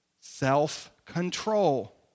Self-control